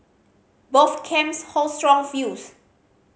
both camps hold strong views